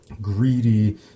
greedy